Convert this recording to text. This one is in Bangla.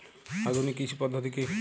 আধুনিক কৃষি পদ্ধতি কী?